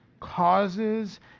causes